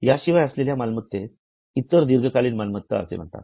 याशिवाय असलेल्या मालमत्तेस इतर दीर्घकालीन मालमत्ता असे म्हणतात